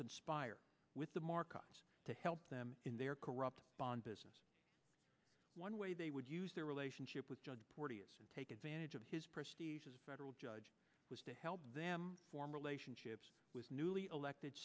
conspire with the markets to help them in their corrupt bond business one way they would use their relationship with take advantage of his prestige judge was to help them form relationships with newly elected